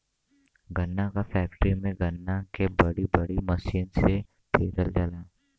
गन्ना क फैक्ट्री में गन्ना के बड़ी बड़ी मसीन से पेरल जाला